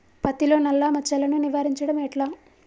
పత్తిలో నల్లా మచ్చలను నివారించడం ఎట్లా?